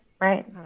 Right